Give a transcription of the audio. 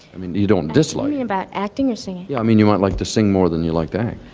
i mean you don't dislike me about acting or singing. yeah i mean you might like to sing more than you like that.